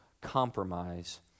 compromise